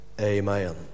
Amen